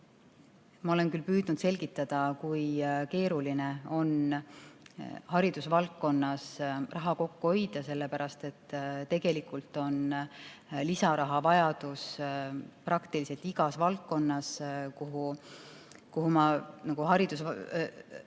Ma olen küll püüdnud selgitada, kui keeruline on haridusvaldkonnas raha kokku hoida, sellepärast et tegelikult on lisaraha vajadus praktiliselt igas valdkonnas, mida